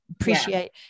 appreciate